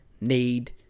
need